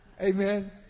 amen